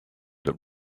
that